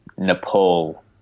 Nepal